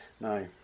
no